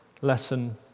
lesson